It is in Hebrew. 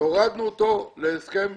והורדנו אותו להסכם,